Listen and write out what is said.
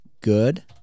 Good